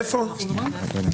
לא.